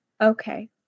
okay